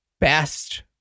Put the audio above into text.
best